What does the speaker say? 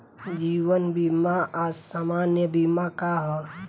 जीवन बीमा आ सामान्य बीमा का ह?